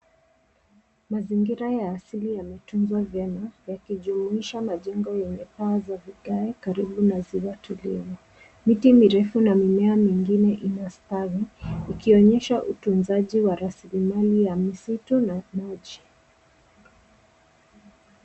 Mazingira ya asili yametunzwa vyema, yakijumuisha majengo yenye paa za vigae, karibu na ziwa tulivu. Miti mirefu na mimea mingine inastawi, ikionyesha utunzaji wa rasilimali ya misitu na maji.